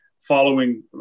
following